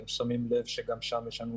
ואתם שמים לב שגם שם יש לנו